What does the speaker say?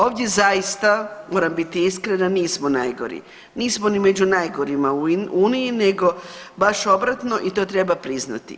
Ovdje zaista moram biti iskrena nismo najgori, nismo ni među najgorima u Uniji nego baš obratno i to treba priznati.